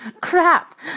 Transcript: Crap